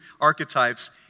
archetypes